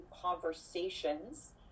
conversations